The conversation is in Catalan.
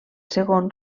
segon